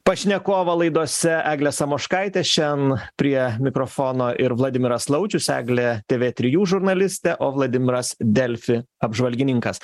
pašnekovą laidose eglė samoškaitė šian prie mikrofono ir vladimiras laučius eglė tv trijų žurnalistė o vladimiras delfi apžvalgininkas